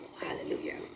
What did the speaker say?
Hallelujah